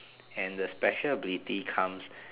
and the special ability comes